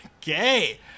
Gay